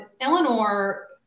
Eleanor